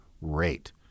rate